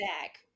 back